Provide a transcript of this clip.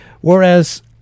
Whereas